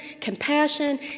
compassion